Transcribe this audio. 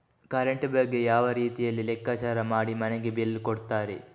Current ಬಗ್ಗೆ ಯಾವ ರೀತಿಯಲ್ಲಿ ಲೆಕ್ಕಚಾರ ಮಾಡಿ ಮನೆಗೆ ಬಿಲ್ ಕೊಡುತ್ತಾರೆ?